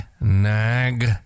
nag